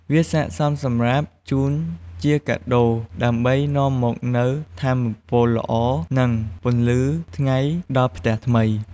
វាស័ក្តិសមសម្រាប់ជូនជាកាដូដើម្បីនាំមកនូវថាមពលល្អ និងពន្លឺថ្ងៃដល់ផ្ទះថ្មី។